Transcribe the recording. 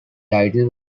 title